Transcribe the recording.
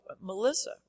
Melissa